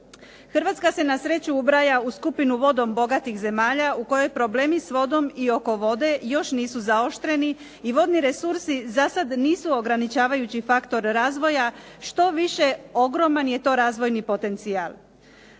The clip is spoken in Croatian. Hrvatska se na sreću ubraja u skupinu vodom bogatih zemalja, u kojoj problemi s vodom i oko vode još nisu zaoštreni i vodni resursi zasad nisu ograničavajući faktor razvoja, štoviše ogroman je to razvojni potencijal.